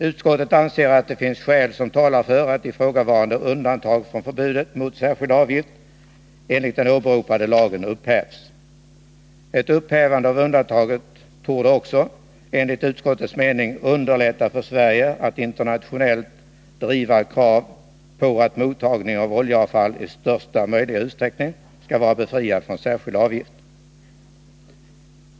Utskottet anser att det finns skäl som talar för att ifrågavarande undantag från förbudet mot särskild avgift, enligt den åberopade lagen, upphävs. Ett upphävande av undantaget torde också, enligt utskottets mening, underlätta för Sverige att internationellt driva krav på att mottagning av oljeavfall i största möjliga utsträckning skall vara befriat från särskild avgift.